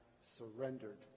surrendered